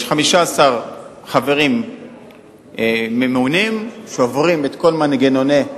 יש 15 חברים ממונים, שעוברים את כל מנגנוני,